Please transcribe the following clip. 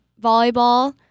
volleyball